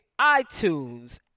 iTunes